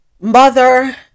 mother